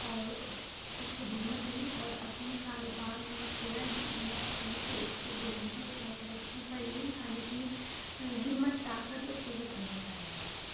اور خود کو ہمت دیں اور اپنے کاروبار میں تھوڑا بھی انوسٹ کریں تو اس کو بلندیوں پر ترقیوں پر لے جانے کی ہمت طاقت اور قوت ہونا چاہیے